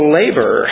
labor